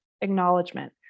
acknowledgement